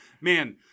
Man